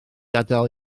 adael